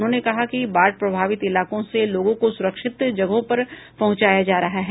उन्होंने कहा कि बाढ़ प्रभावित इलाकों से लोगों को सुरक्षित जगहों पर पहुँचाया जा रहा है